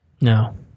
No